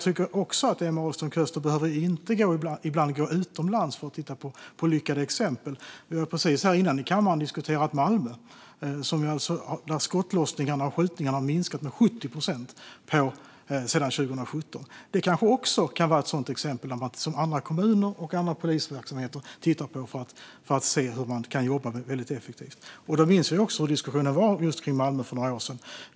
Emma Ahlström Köster behöver ibland inte gå utomlands för att titta på lyckade exempel. Vi har precis här innan i kammaren diskuterat Malmö, där skottlossningarna och skjutningarna har minskat med 70 procent sedan 2017. Det kan kanske också kan vara ett sådant exempel som andra kommuner och polisverksamheter tittar på för att se hur man kan jobba väldigt effektivt. Vi minns också att det var diskussioner om Malmö för några år sedan.